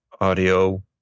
audio